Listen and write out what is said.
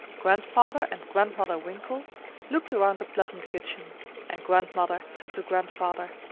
grandfather and grandmother winkle looked around the pleasant kitchen and grandmother said to grandfather,